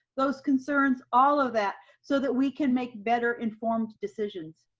those concerns, all of that so that we can make better informed decisions.